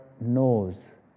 knows